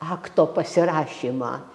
akto pasirašymą